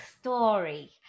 story